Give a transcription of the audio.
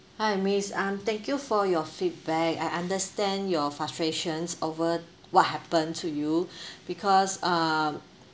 hi miss um thank you for your feedback I understand your frustrations over what happened to you because um